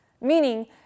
Meaning